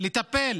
לטפל